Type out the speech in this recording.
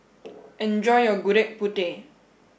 enjoy your Gudeg Putih